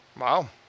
Wow